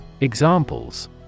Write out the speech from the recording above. Examples